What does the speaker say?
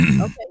Okay